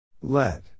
let